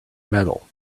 metal